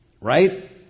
right